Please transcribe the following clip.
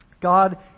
God